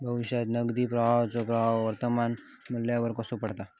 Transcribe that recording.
भविष्यात नगदी प्रवाहाचो प्रभाव वर्तमान मुल्यावर कसो पडता?